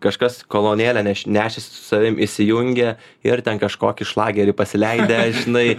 kažkas kolonėlę nešėsi su savim įsijungia ir ten kažkokį šlagerį pasileidę žinai